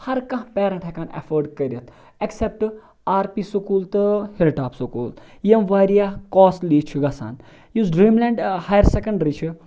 ہَر کانٛہہ پیرنٹ ہیٚکان ایٚفٲڈ کٔرِتھ ایٚکسَپٹہٕ آر پی سکوٗل تہٕ ہِل ٹاپ سکوٗل یِم واریاہ کوسلی چھِ گَژھان یُس ڈریٖم لینٛڈ ہایَر سیٚکَنٛڈری چھُ